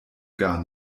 gar